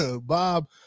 Bob